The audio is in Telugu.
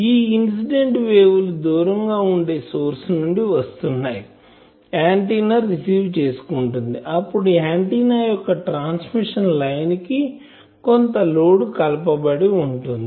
ఈ ఇన్సిడెంట్ వేవ్ లు దూరంగా ఉండే సోర్స్ నుండి వస్తున్నాయిఆంటిన్నా రిసీవ్ చేసుకుంటుంది అప్పుడు ఆంటిన్నా యొక్క ట్రాన్స్మిషన్ లైన్ కి కొంత లోడ్ కలపబడి ఉంటుంది